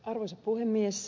arvoisa puhemies